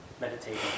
meditating